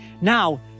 Now